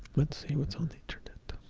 let's see what's on the internet,